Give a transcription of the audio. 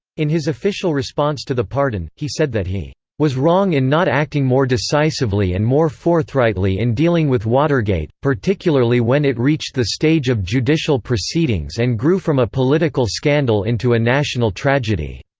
in his official response to the pardon, he said that he was wrong in not acting more decisively and more forthrightly in dealing with watergate, particularly when it reached the stage of judicial proceedings and grew from a political scandal into a national tragedy.